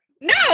No